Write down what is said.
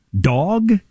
dog